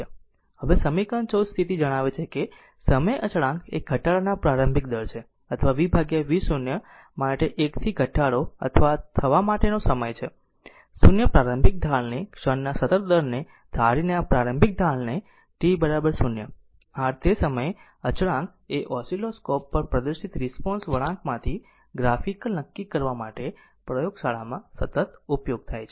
હવે સમીકરણ 14 સ્થિતિ જણાવે છે કે સમય અચળાંક એ ઘટાડાનો પ્રારંભિક દર છે અથવા v v 0 માટે એકથી ઘટાડો થવા માટેનો સમય છે 0 પ્રારંભિક ઢાળને ક્ષણના સતત દરને ધારીને આ પ્રારંભિક ઢાળને t 0 r તે સમય અચળાંક એ ઓસીલોસ્કોપ પર પ્રદર્શિત રિસ્પોન્સ વળાંક માંથી ગ્રાફિકલ નક્કી કરવા માટે પ્રયોગશાળામાં સતત ઉપયોગ થાય છે